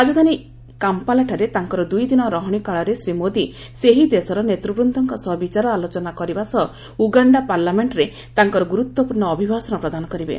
ରାଜଧାନୀ କାମ୍ପାଲାଠାରେ ତାଙ୍କର ଦୁଇଦିନ ରହଣି କାଳରେ ଶ୍ରୀ ମୋଦି ସେହି ଦେଶର ନେତୃବୃନ୍ଦଙ୍କ ସହ ବିଚାର ଆଲୋଚନା କରିବା ସହ ଉଗାଣ୍ଡା ପାର୍ଲାମେଷ୍ଟରେ ତାଙ୍କର ଗୁରୁତ୍ୱପୂର୍ଣ୍ଣ ଅଭିଭାଷଣ ପ୍ରଦାନ କରିବେ